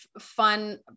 fun